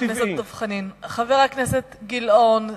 חבר הכנסת גילאון,